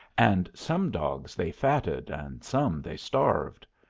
and some dogs they fatted and some they starved.